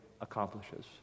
accomplishes